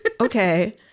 okay